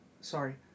sorry